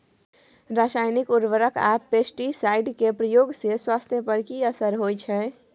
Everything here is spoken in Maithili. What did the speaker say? रसायनिक उर्वरक आ पेस्टिसाइड के प्रयोग से स्वास्थ्य पर कि असर होए छै?